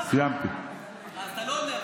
אתה לא עונה.